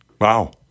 Wow